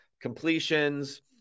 completions